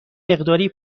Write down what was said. مقداری